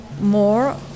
more